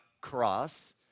cross